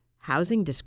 housing